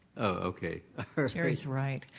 okay. cherry is right.